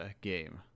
game